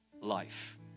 life